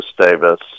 Davis